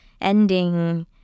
ending